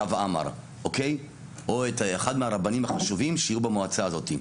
הרב עמר או את אחד מהרבנים החשובים שיהיו במועצה הזאת.